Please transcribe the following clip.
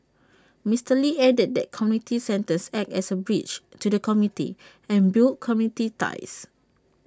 Mister lee added that community centres act as A bridge to the community and build community ties